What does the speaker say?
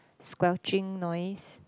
squelching noise